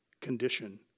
condition